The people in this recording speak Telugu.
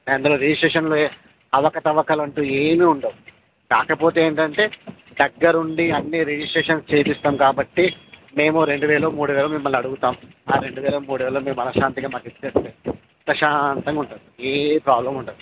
అందులో రిజిస్ట్రేషన్లో అవకతవకలంటూ ఏమీ ఉండవు కాకపోతే ఏంటంటే దగ్గరుండి అన్నీ రిజిస్ట్రేషన్స్ చేసిస్తాం కాబట్టి మేము రెండు వేలో మూడు వేలో మిమ్మల్ని అడుగుతాం ఆ రెండు వేలో మూడు వేలో మీరు మనశ్శాంతిగా మాకు ఇచ్చేస్తే ప్రశాంతంగా ఉంటుంది ఏ ప్రాబ్లం ఉండదు